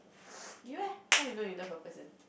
you eh how you know you love a person